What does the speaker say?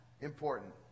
important